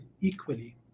equally